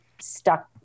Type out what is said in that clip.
stuck